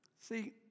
See